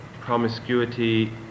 promiscuity